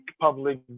public